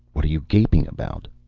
what are you gaping about?